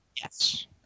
Yes